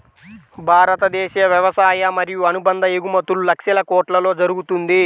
భారతదేశ వ్యవసాయ మరియు అనుబంధ ఎగుమతులు లక్షల కొట్లలో జరుగుతుంది